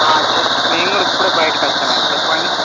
just నేను కూడా ఇప్పుడే బయటికి వచ్చాను అండి చెప్పండి